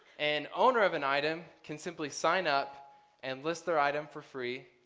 an owner of an item can simply sign up and list the item for free,